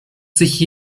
sich